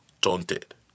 taunted